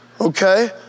okay